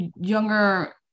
younger